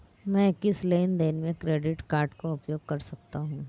मैं किस लेनदेन में क्रेडिट कार्ड का उपयोग कर सकता हूं?